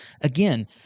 again